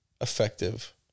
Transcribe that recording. effective